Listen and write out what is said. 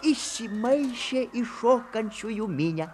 įsimaišė į šokančiųjų minią